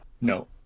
No